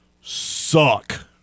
suck